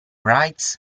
rights